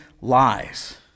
lies